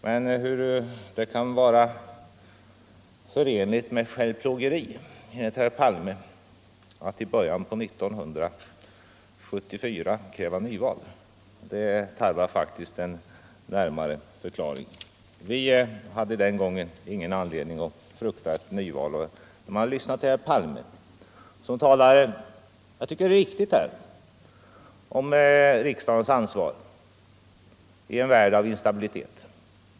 Men hur det kan vara förenligt med självplågeri, enligt herr Palme, att i början på 1974 kräva nyval tarvar faktiskt en närmare förklaring. Vi hade den gången ingen anledning att frukta ett nyval. Jag tycker det är riktigt när herr Palme talar om riksdagens ansvar i en värld av instabilitet.